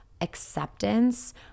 acceptance